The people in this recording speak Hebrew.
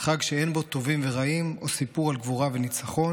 // חג שאין בו טובים ורעים או סיפור על גבורה וניצחון",